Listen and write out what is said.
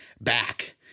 back